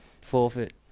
Forfeit